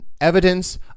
evidence